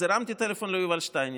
אז הרמתי טלפון ליובל שטייניץ,